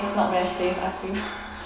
because not very safe I think